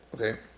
okay